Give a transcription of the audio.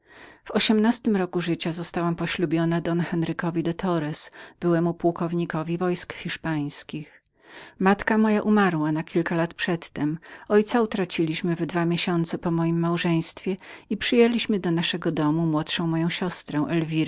w ośmnastym roku życia zostałam poślubioną don henrykowi de torres byłemu pułkownikowi wojsk hiszpańskich matka moja umarła na kilka lat wprzódy ojca utraciliśmy we dwa miesiące po mojem małżeństwie i przyjęłyśmy do naszego domu młodszą moją siostrę